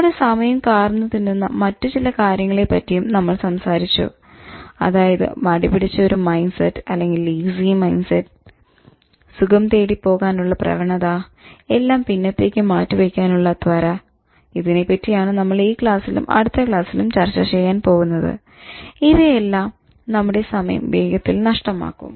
നമ്മുടെ സമയം കാർന്ന് തിന്നുന്ന മറ്റുചില കാര്യങ്ങളെ പറ്റിയും നമ്മൾ സംസാരിച്ചു അതായത് മടിപിടിച്ച ഒരു മൈൻഡ് സെറ്റ് സുഖം തേടി പോകാനുള്ള പ്രവണത എല്ലാം പിന്നത്തേക്ക് മാറ്റി വയ്ക്കാനുള്ള ത്വര ഇതിനെപറ്റിയാണ് നമ്മൾ ഈ ക്ലാസ്സിലും അടുത്ത ക്ലാസ്സിലും ചർച്ച ചെയ്യാൻ പോകുന്നത് ഇവയെല്ലാം നമ്മുടെ സമയം വേഗത്തിൽ നഷ്ടമാക്കും